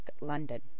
London